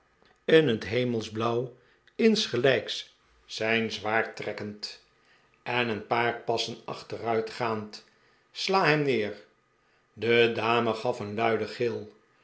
in het hemelsblauw insgelijks zijn zwaard trekkend en een paar passen achteruitgaand sla hem neer de dame gaf een luiden gil